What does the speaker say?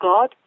God